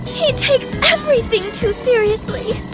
he takes everything too seriously.